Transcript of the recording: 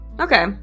Okay